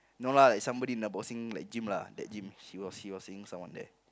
no lah it's somebody in the boxing like gym lah that gym he was he was seeing someone there